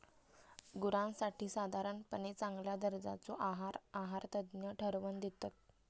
गुरांसाठी साधारणपणे चांगल्या दर्जाचो आहार आहारतज्ञ ठरवन दितत